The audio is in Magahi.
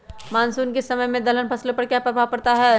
मानसून के समय में दलहन फसलो पर क्या प्रभाव पड़ता हैँ?